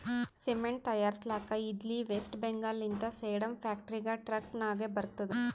cement ತೈಯಾರ್ಸ್ಲಕ್ ಇದ್ಲಿ West Bengal ಲಿಂತ ಸೇಡಂ ಫ್ಯಾಕ್ಟರಿಗ ಟ್ರಕ್ ನಾಗೆ ಬರ್ತುದ್